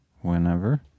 whenever